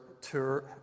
tour